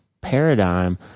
paradigm